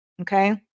okay